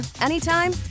anytime